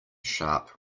sharp